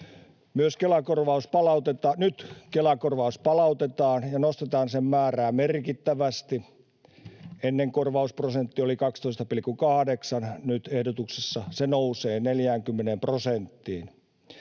Nyt Kela-korvaus palautetaan ja nostetaan sen määrää merkittävästi. Ennen korvausprosentti oli 12,8, nyt ehdotuksessa se nousee 40 prosenttiin.